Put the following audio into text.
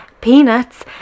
Peanuts